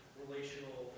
relational